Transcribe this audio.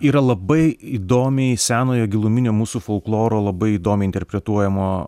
yra labai įdomiai senojo giluminio mūsų folkloro labai įdomiai interpretuojamo